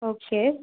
okay